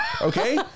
Okay